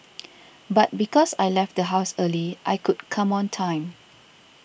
but because I left the house early I could come on time